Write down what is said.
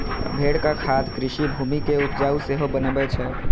भेड़क खाद कृषि भूमि कें उपजाउ सेहो बनबै छै